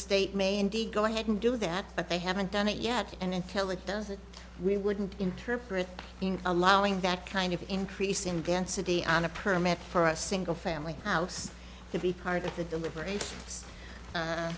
state may indeed go ahead and do that but they haven't done it yet and until it does that we wouldn't interpret allowing that kind of increase in density on a permit for a single family house to be part of the deliber